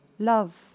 Love